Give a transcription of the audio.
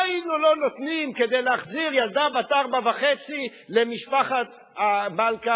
מה לא היינו נותנים כדי להחזיר ילדה בת ארבע וחצי למשפחת מלכה,